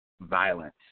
violence